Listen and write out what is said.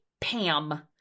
Pam